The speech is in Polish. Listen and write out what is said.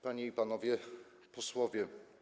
Panie i Panowie Posłowie!